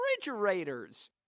refrigerators